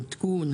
עדכון,